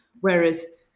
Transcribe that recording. Whereas